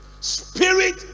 Spirit